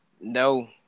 No